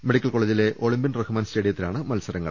medical കോള്ജിലെ Olympian Rahman സ്റ്റേഡിയത്തിലാണ് മത്സരങ്ങൾ